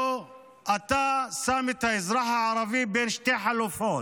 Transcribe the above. אתה שם את האזרח הערבי בין שתי חלופות: